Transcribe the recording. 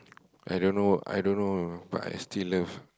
I don't know I don't know but I still love